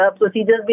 procedures